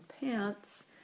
Pants